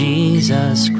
Jesus